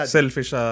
Selfish